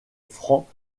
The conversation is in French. francs